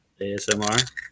ASMR